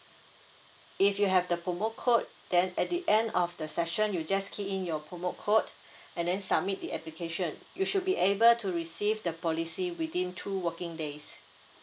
if you have the promo code then at the end of the session you just key in your promo code and then submit the application you should be able to receive the policy within two working days